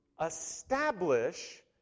establish